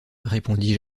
répondit